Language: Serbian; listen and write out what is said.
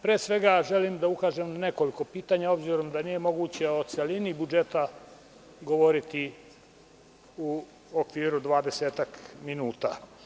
Pre svega, želim da ukažem na nekoliko pitanja, obzirom da nije moguće o celini budžeta govoriti u okviru dvadesetak minuta.